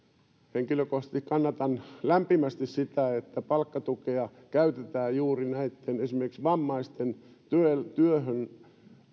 henkilökohtaisesti kannatan lämpimästi sitä että palkkatukea käytetään esimerkiksi juuri näitten vammaisten työhön